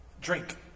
Drink